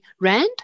rand